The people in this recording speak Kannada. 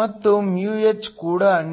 ಮತ್ತು μh ಕೂಡ ನೀಡಲಾಗಿದೆ